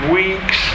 weeks